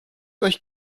euch